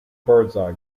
birdseye